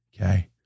Okay